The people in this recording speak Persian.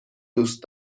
دوست